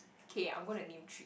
K I'm gonna name three